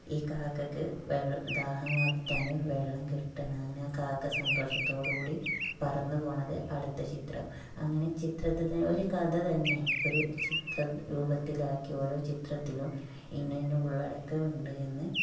ഈ കാക്കക്ക് ദാഹമകറ്റാനും വെള്ളം കിട്ടണതിനും ആ കാക്ക സന്തോഷത്തോടു കൂടി പറന്ന് പോകണത് അടുത്ത ചിത്രം അങ്ങനെ ചിത്രത്തിൽ ഒരു കഥ തന്നെ ഒരു ചിത്ര രൂപത്തിലാക്കി ഓരോ ചിത്രത്തിലും ഇന്ന ഇന്ന ഉള്ളടക്കം ഉണ്ട് എന്ന്